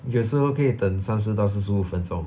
有时候可以等三十到四十五分钟